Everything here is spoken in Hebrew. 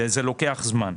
וזה לוקח זמן.